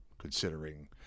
considering